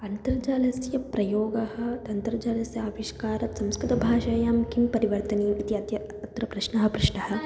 अन्तर्जालस्य प्रयोगः तन्त्रजालस्य आविष्कारात् संस्कृतभाषायां किं परिवर्तनीयम् इति अद्य अत्र प्रश्नः पृष्टः